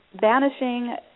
banishing